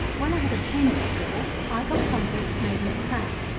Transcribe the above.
when i had obtained the straw, i got some of it made into plat.